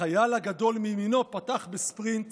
החייל הגדול מימינו פתח בספרינט